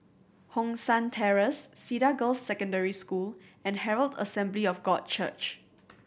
Hong San Terrace Cedar Girls' Secondary School and Herald Assembly of God Church